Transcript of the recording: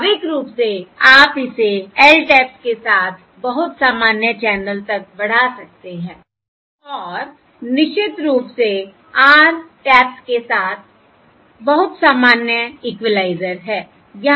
स्वाभाविक रूप से आप इसे L टैप्स के साथ बहुत सामान्य चैनल तक बढ़ा सकते हैं और निश्चित रूप से r टैप्स के साथ बहुत सामान्य इक्विलाइजर है